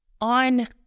on